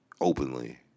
openly